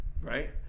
right